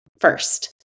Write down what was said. first